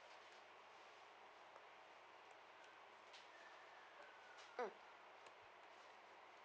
mm